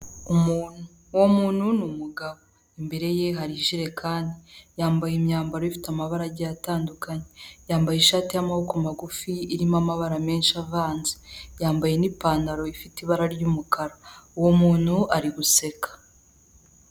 Umuntu, uwo muntu ni umugabo imbere ye hari ijerekani, yambaye imyambaro ifite amabara agiye atandukanye, yambaye ishati y'amaboko magufi irimo amabara menshi avanze, yambaye n'ipantaro ifite ibara ry'umukara. Uwo muntu ari guseka.